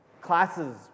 classes